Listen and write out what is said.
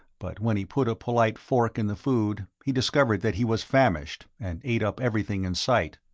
but when he put a polite fork in the food, he discovered that he was famished and ate up everything in sight.